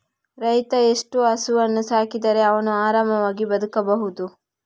ರೈತ ಎಷ್ಟು ಹಸುವನ್ನು ಸಾಕಿದರೆ ಅವನು ಆರಾಮವಾಗಿ ಬದುಕಬಹುದು?